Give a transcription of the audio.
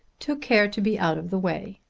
took care to be out of the way.